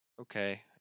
Okay